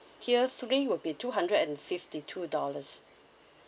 tier three would be two hundred and fifty two dollars